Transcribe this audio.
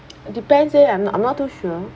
it depends leh I'm not I'm not too sure